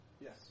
Yes